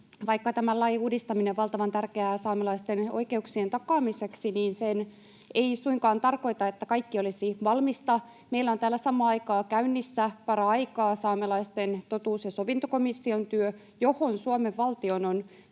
vaikka tämän lain uudistaminen on valtavan tärkeää saamelaisten oikeuksien takaamiseksi, niin se ei suinkaan tarkoita, että kaikki olisi valmista. Meillä on täällä käynnissä samaan aikaan, paraikaa, saamelaisten totuus‑ ja sovintokomission työ, johon Suomen valtion on